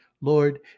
Lord